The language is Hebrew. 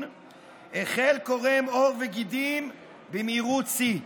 החל קורם עור וגידים במהירות שיא.